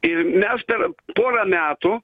ir mes per porą metų